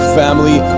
family